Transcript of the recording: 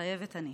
מתחייבת אני.